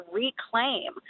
reclaim